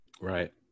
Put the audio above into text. Right